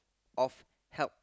of help